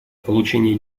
получение